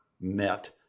met